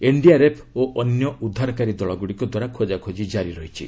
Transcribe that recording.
NDRF ଓ ଅନ୍ୟ ଉଦ୍ଧାରକାରୀ ଦଳଗୁଡ଼ିକ ଦ୍ୱାରା ଖୋଟ୍ଟାଖୋଜି ଜାରି ରହିଛି